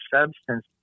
substance